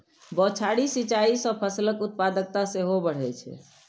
बौछारी सिंचाइ सं फसलक उत्पादकता सेहो बढ़ै छै